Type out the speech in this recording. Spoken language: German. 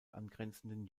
angrenzenden